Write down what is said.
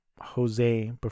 Jose